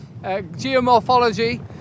geomorphology